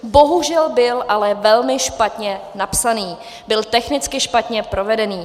Bohužel byl ale velmi špatně napsaný, byl technicky špatně provedený.